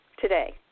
today